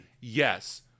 Yes